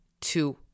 two